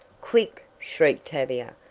quick! shrieked tavia.